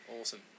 awesome